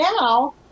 now